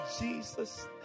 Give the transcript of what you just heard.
Jesus